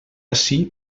ací